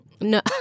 no